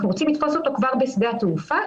אנחנו רוצים לתפוס אותו כבר בשדה התעופה